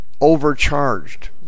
overcharged